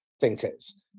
thinkers